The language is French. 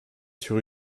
sur